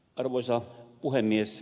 arvoisa puhemies